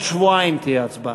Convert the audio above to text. עוד שבועיים תהיה הצבעה.